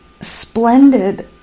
splendid